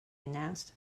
announced